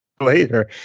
later